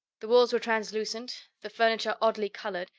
the walls were translucent, the furniture oddly colored,